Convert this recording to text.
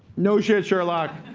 no shit, sherlock.